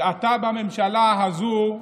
ואתה בממשלה הזו,